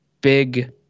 big